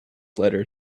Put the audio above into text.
letter